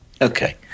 okay